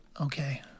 okay